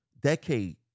decade